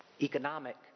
economic